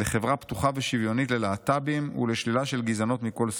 לחברה פתוחה ושוויונית ללהט"בים ולשלילה של גזענות מכל סוג".